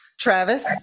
Travis